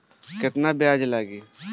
केतना ब्याज लागी?